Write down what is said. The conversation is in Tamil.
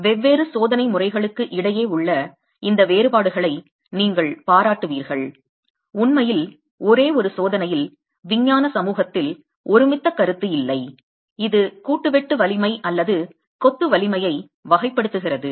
வெவ்வேறு சோதனை முறைகளுக்கு இடையே உள்ள இந்த வேறுபாடுகளை நீங்கள் பாராட்டுவீர்கள் உண்மையில் ஒரே ஒரு சோதனையில் விஞ்ஞான சமூகத்தில் ஒருமித்த கருத்து இல்லை இது கூட்டு வெட்டு வலிமை அல்லது கொத்து வலிமையை வகைப்படுத்துகிறது